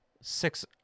six